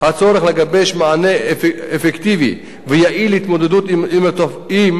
הצורך לגבש מענה אפקטיבי ויעיל להתמודדות עם תופעת